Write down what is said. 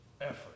effort